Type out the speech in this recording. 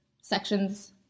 sections